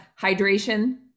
hydration